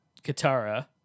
Katara